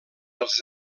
els